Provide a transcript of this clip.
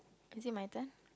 is it my turn